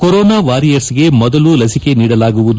corona ವಾರಿಯರ್ಗೆ ಮೊದಲು ಲಸಿಕೆ ನೀಡಲಾಗುವುದು